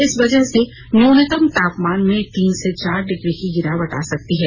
इस वजह से न्यूनतम तापमान में तीन से चार डिग्री की गिरावट आ सकती है